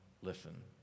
listen